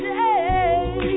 day